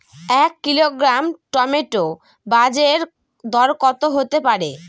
এক kilogram tomato বাজের দরকত হতে পারে?